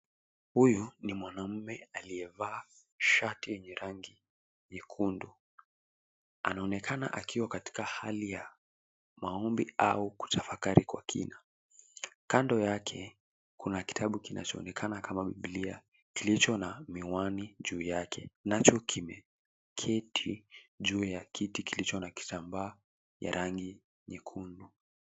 Huyu ni mwanaume aliyevaa shati ya rangi nyekundu. Anaonekana akiwa katika hali ya maombi au kutafakari kwa kina. Kando yake kuna kitabu kinachoonekana kama bibilia, kilicho na miwani juu yake, nacho kimeketi juu ya kiti kilicho na kitambaa cha rangi ya nyekundu.